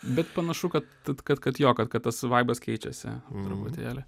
bet panašu kad kad kad kad jo kad tas vaibas keičiasi truputėlį